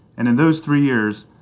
and in those three years,